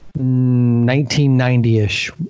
1990-ish